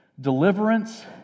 deliverance